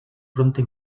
prompte